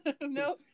No